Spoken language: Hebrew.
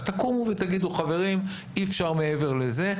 אז תקומו ותגידו שאי אפשר מעבר לזה,